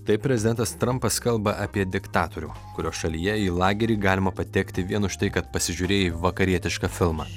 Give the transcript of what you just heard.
taip prezidentas trampas kalba apie diktatorių kurio šalyje į lagerį galima patekti vien už tai kad pasižiūrėjai vakarietišką filmą